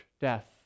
death